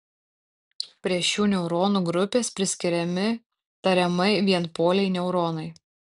prie šių neuronų grupės priskiriami tariamai vienpoliai neuronai